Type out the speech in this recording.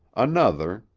another,